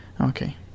Okay